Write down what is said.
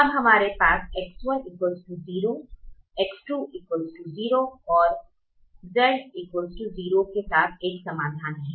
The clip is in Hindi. अब हमारे पास X1 0 X2 0 और Z 0 के साथ एक समाधान है